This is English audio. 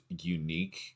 unique